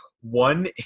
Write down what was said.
one